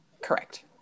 Correct